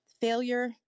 failure